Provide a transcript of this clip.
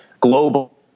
global